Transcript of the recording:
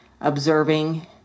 observing